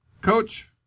Coach